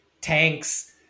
tanks